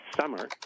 summer